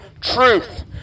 truth